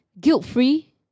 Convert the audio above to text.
guilt-free